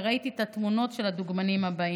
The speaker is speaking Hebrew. וראיתי את התמונות של הדוגמנים הבאים.